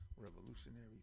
Revolutionary